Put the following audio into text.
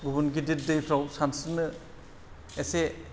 गुबुन गिदिद दैफ्राव सानस्रिनो एसे